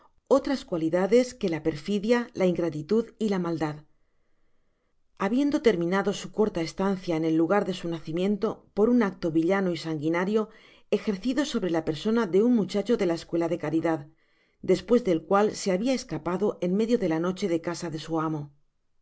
otras cualidades que la perfidia la ingratitud y la maldad habiendo terminado su corta estancia en el lugar de su nacimiento por un acto villano y sanguinario ejercido sobre la persona de un muchacho de la escuela de caridad despues del cual se habia escapado en medio de la noche de casa su amo